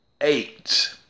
eight